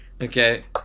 Okay